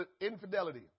infidelity